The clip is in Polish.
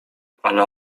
ale